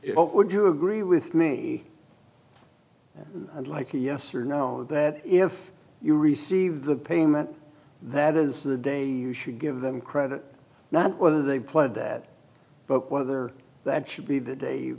you would you agree with me i'd like a yes or no that if you receive the payment that is the day you give them credit not whether they played that book whether that should be the day you